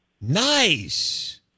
Nice